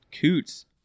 coots